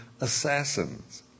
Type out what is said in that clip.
assassins